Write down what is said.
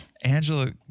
Angela